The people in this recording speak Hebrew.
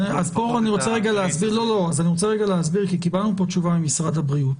כאן אני רוצה להסביר כי קיבלנו כאן תשובה ממשרד הבריאות.